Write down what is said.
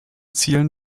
zielen